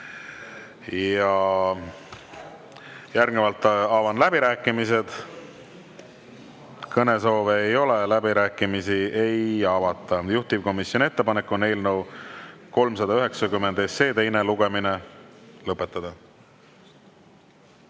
Järgnevalt avan läbirääkimised. Kõnesoove ei ole, läbirääkimisi ei avata. Juhtivkomisjoni ettepanek on eelnõu 390 teine lugemine lõpetada.